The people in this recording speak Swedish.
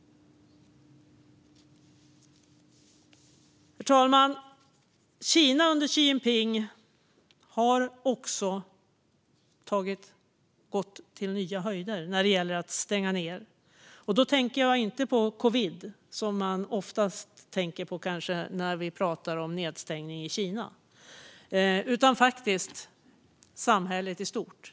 Herr talman! Kina under Xi Jinping har också nått nya höjder när gäller att stänga ned. Då tänker jag inte på covid, som vi kanske oftast tänker på när vi pratar om nedstängning i Kina, utan faktiskt på samhället i stort.